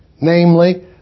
namely